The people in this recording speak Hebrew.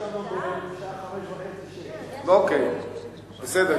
בשעה 05:30 06:00. בסדר,